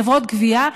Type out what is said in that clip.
חברות גבייה,